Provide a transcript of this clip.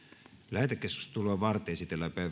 lähetekeskustelua varten esitellään